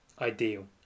ideal